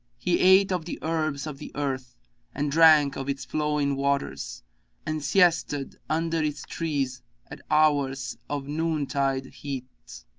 he ate of the herbs of the earth and drank of its flowing waters and siesta'd under its trees at hours of noontide heats,